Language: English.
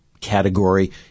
category